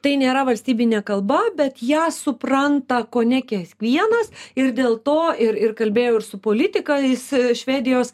tai nėra valstybinė kalba bet ją supranta kone kiekvienas ir dėl to ir ir kalbėjau ir su politikais švedijos